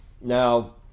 Now